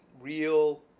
real